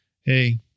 hey